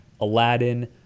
Aladdin